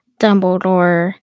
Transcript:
Dumbledore